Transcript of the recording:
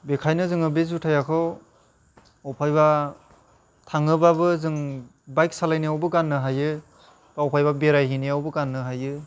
बेखायनो जोङो बे जुथायाखौ अफायबा थाङोबाबो जों बाइक सालायनाइआवबो गान्नो हायो बा अफायबा बेरायहैनायावबो गान्नो हायो